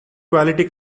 quality